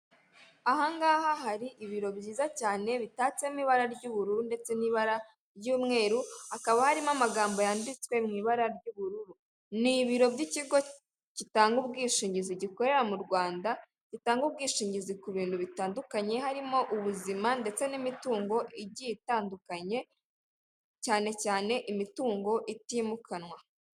Aha ngaha hari ibiro byiza cyane bitatsemo ibara ry'ubururu ndetse n'ibara ry'umweru, hakaba harimo amagambo yanditswe mu ibara ry'ubururu. Ni ibiro by'ikigo gitanga ubwishingizi gikorera mu Rwanda, gitanga ubwishingizi ku bintu bitandukanye harimo ubuzima ndetse n'imitungo igiye itandukanye, cyane cyane imitungo itimukanwa.